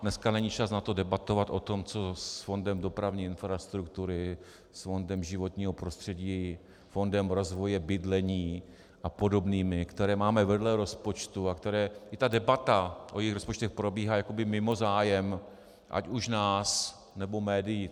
Dneska není čas na to debatovat o tom, co s fondem dopravní infrastruktury, fondem životního prostředí, fondem rozvoje bydlení a podobnými, které máme vedle rozpočtu, a i debata o jejich rozpočtech probíhá jakoby mimo zájem ať už nás, nebo médií.